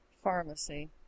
pharmacy